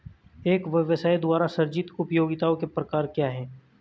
एक व्यवसाय द्वारा सृजित उपयोगिताओं के प्रकार क्या हैं?